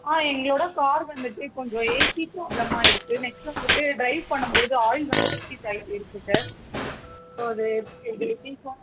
ஆ எங்களோட கார் வந்துவிட்டு கொஞ்சம் ஏசி ப்ராப்ளமாக இருக்குது நெக்ஸ்ட் வந்துவிட்டு ட்ரைவ் பண்ணும்போது ஆயில் வந்து லீக்கேஜ் ஆகிட்டு இருக்குது சார் ஸோ அது இப்போ எப்படி சார்